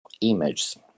images